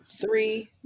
Three